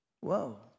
Whoa